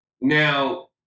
Now